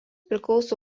priklauso